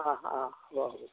অঁ অঁ হ'ব হ'ব